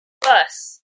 bus